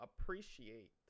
appreciate